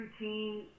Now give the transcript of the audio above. routine